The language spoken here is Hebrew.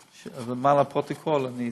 אבל למען הפרוטוקול אני תומך.